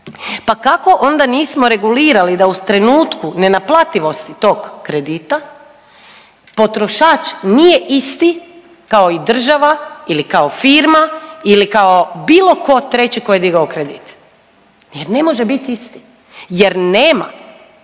pa kako onda nismo regulirali da u trenutku nenaplativosti tog kredita potrošač nije isti kao i država ili kao firma ili kao bilo ko treći ko je digao kredit. Jer ne može biti isti, jer nema